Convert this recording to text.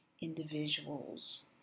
individuals